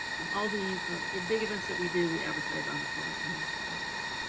um all the big events that we do, we advertise on the public meeting calendar here.